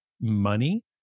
money